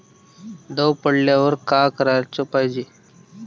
दव पडल्यावर का कराच पायजे?